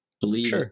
believe